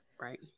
right